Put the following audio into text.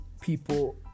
people